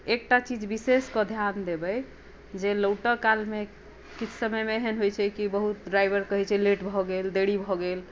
एकटा चीज विशेष कऽ ध्यान देबै जे लौटय कालमे किछु समयमे एहन होइत छै कि बहुत ड्राइवर कहैत छै लेट भऽ गेल देरी भऽ गेल